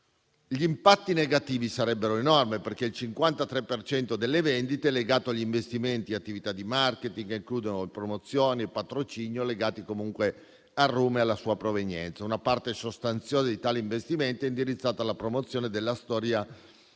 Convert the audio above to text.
Gli impatti negativi sarebbero enormi, perché il 53 per cento delle vendite è legato agli investimenti e ad attività di *marketing* che includono promozioni e patrocinio legati comunque al rum e alla sua provenienza. Una parte sostanziosa di tali investimenti è indirizzata alla promozione della storia del